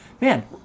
Man